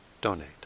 donate